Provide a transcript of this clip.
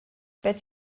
beth